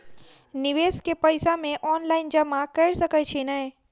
निवेश केँ पैसा मे ऑनलाइन जमा कैर सकै छी नै?